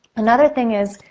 another thing is,